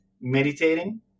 meditating